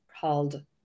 called